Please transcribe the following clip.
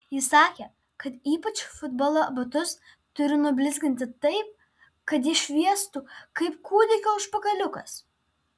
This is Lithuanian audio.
jis sakė kad ypač futbolo batus turiu nublizginti taip kad jie šviestų kaip kūdikio užpakaliukas